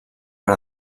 per